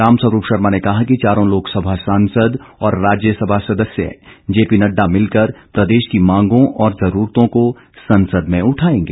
रामस्वरूप शर्मा ने कहा कि चारों लोकसभा सांसद और राज्यसभा सदस्य जेपी नड्डा मिलकर प्रदेश की मांगों और जरूरतों को संसद में उठाएंगे